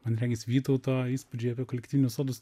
man regis vytauto įspūdžiai apie kolektyvinius sodus